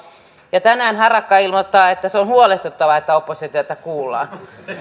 ja tänään edustaja harakka ilmoittaa että se on huolestuttavaa että oppositiota kuullaan